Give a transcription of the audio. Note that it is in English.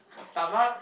Starbucks